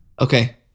Okay